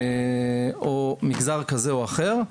או מגזר כזה או אחר,